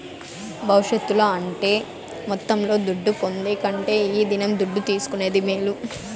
భవిష్యత్తుల అంటే మొత్తంలో దుడ్డు పొందే కంటే ఈ దినం దుడ్డు తీసుకునేదే మేలు